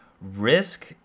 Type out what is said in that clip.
risk